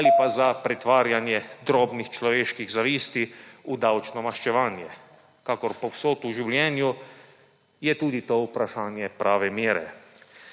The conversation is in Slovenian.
ali pa za pretvarjanje drobnih človeških zavisti v davčno maščevanje. Kakor povsod v življenju je tudi to vprašanje prave mere.